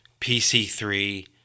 PC3